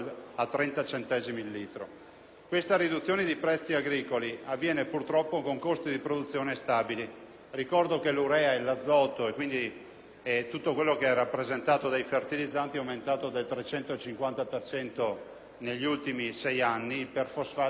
Questa riduzione dei prezzi agricoli avviene purtroppo con costi di produzione stabili (ricordo che l'urea e l'azoto e quindi tutto quello che è rappresentato dai fertilizzanti è aumentato del 350 per cento negli ultimi sei anni; gli iperfosfati sono aumentati del 30